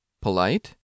polite